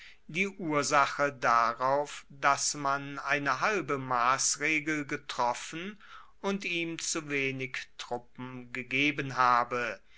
die ursache darauf dass man eine halbe massregel getroffen und ihm zu wenig truppen gegeben habe